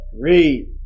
read